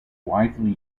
widely